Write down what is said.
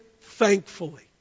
thankfully